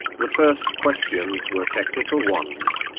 the first questions were technical ones,